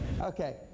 Okay